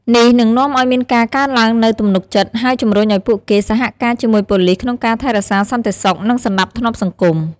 នេះនឹងនាំឱ្យមានការកើនឡើងនូវទំនុកចិត្ត ហើយជំរុញឱ្យពួកគេសហការជាមួយប៉ូលិសក្នុងការថែរក្សាសន្តិសុខ និងសណ្ដាប់ធ្នាប់សង្គម។